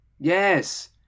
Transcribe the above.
yes